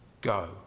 go